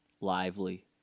lively